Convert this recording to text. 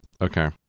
Okay